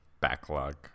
backlog